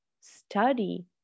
study